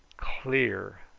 clear,